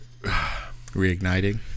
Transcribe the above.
reigniting